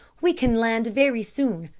we can land very soon.